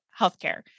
healthcare